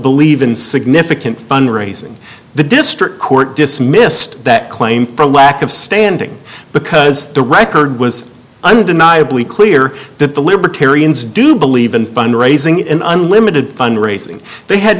believe in significant fundraising the district court dismissed that claim for lack of standing because the record was undeniably clear that the libertarians do believe in fund raising and unlimited fundraising they had